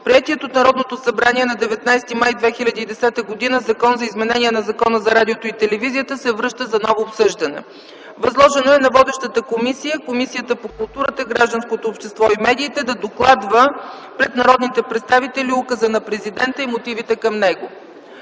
приетият от Народното събрание на 19 май 2010 г. Закон за изменение на Закона за радиото и телевизията се връща за ново обсъждане. Възложено е на водещата Комисия по културата, гражданското общество и медиите да докладва пред народните представители Указа на Президента и мотивите към него.